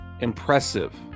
impressive